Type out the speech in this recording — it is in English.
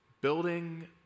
Building